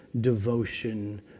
devotion